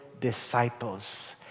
disciples